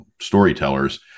storytellers